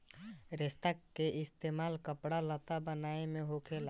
रेसा के इस्तेमाल कपड़ा लत्ता बनाये मे होखेला